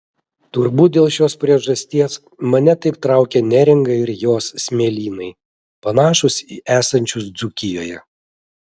turbūt dėl šios priežasties mane taip traukia neringa ir jos smėlynai panašūs į esančius dzūkijoje